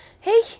Hey